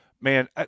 man